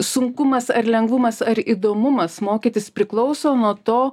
sunkumas ar lengvumas ar įdomumas mokytis priklauso nuo to